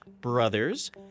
Brothers